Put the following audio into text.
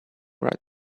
write